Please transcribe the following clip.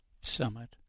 Summit